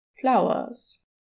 flowers